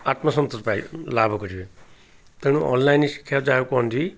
ଆତ୍ମସନ୍ତଷ୍ଟ ପାଇ ଲାଭ କରିବେ ତେଣୁ ଅନଲାଇନ୍ ଶିକ୍ଷା ଯାହାକୁ କୁହନ୍ତି